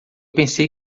pensei